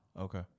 Okay